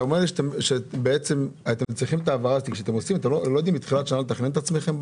אתם לא יודעים בתחילת השנה לתכנן את עצמכם?